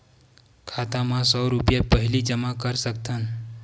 खाता मा सौ रुपिया पहिली जमा कर सकथन?